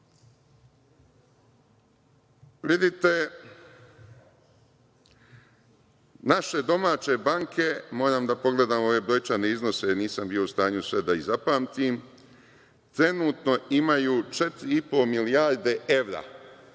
jače. Vidite, naše domaće banke, moram da pogledam ove brojčane iznose, jer nisam bio u stanju sve da ih zapamtim, trenutno imaju 4,5 milijarde evra